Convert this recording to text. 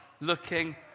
looking